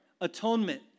atonement